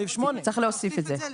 סעיף 8. אנחנו נוסיף את זה.